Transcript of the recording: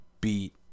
beat